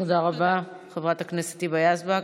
תודה רבה, חברת הכנסת היבה יזבק.